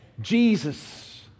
Jesus